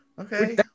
Okay